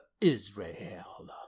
Israel